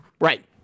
Right